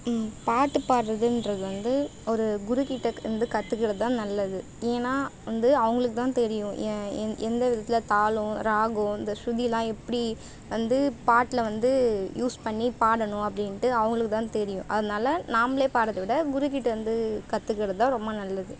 ம் பாட்டு பாடுறதுன்றது வந்து ஒரு குருக்கிட்ட இருந்து கற்றுக்கறது தான் நல்லது ஏன்னா வந்து அவங்களுக்கு தான் தெரியும் ஏ எந் எந்த விதத்தில் தாளம் ராகம் இந்த ஷ்ருதிலாம் எப்படி வந்து பாட்டுல வந்து யூஸ் பண்ணி பாடணும் அப்படின்ட்டு அவங்களுக்கு தான் தெரியும் அதனால் நாமளே பாடுறத விட குருக்கிட்டேருந்து கற்றுக்கறது தான் ரொம்ப நல்லது